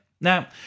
Now